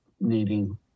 needing